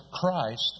Christ